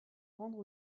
rendre